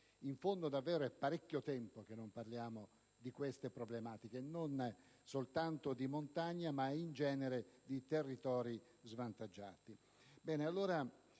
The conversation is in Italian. In fondo, poi, è davvero molto tempo che non parliamo di queste problematiche, non soltanto di montagna ma in genere di territori svantaggiati.